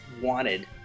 wanted